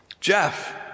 Jeff